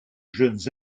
jeunes